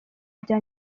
bya